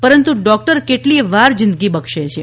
પરંતુ ડોકટર કેટલીયવાર જીંદગી બક્ષે છે